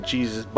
Jesus